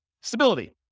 Stability